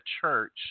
church